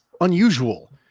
unusual